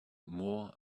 more